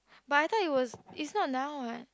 but I thought it was is not now what